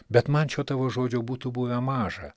bet man čia jau tavo žodžių būtų buvę maža